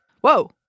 Whoa